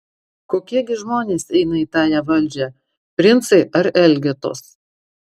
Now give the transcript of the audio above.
kokie gi žmonės eina į tąją valdžią princai ar elgetos